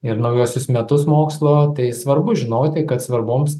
ir naujuosius metus mokslo tai svarbu žinoti kad svarboms